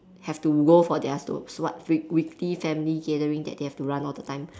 have to go for their their what weekly family gathering that they have to run all the time